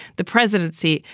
the presidency,